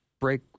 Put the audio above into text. break